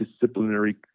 disciplinary